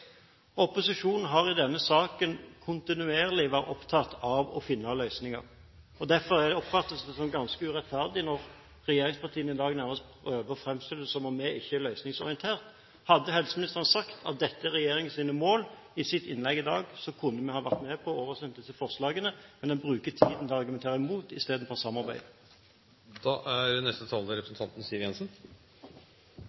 Opposisjonen har i denne saken kontinuerlig vært opptatt av å finne løsninger. Derfor oppfattes det som ganske urettferdig når regjeringspartiene i dag nærmest prøver å fremstille det som om vi ikke er løsningsorientert. Hadde helseministeren i sitt innlegg i dag sagt at dette er regjeringens mål, kunne vi ha vært med på å oversende disse forslagene, men en bruker tiden på å argumentere imot istedenfor